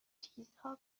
چیزها